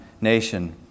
nation